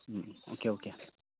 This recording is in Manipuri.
um okay okay